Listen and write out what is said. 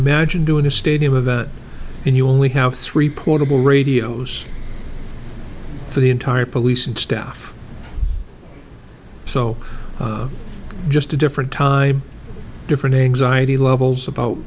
imagine doing a stadium event and you only have three portable radios for the entire police and staff so just a different time different anxiety levels about